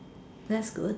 that's good